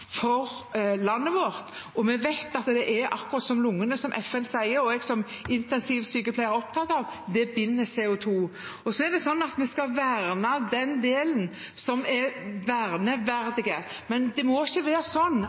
for landet vårt. Vi vet at det er akkurat som lungene, som FN sier, og jeg som intensivsykepleier er opptatt av, det binder CO2. Vi skal verne den delen som er verneverdig. Men det må ikke